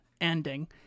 ending